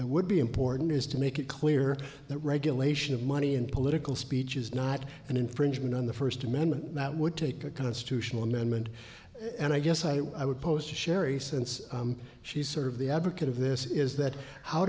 that would be important is to make it clear that regulation of money in political speech is not an infringement on the first amendment that would take a constitutional amendment and i guess i would post to sherry since she's sort of the advocate of this is that how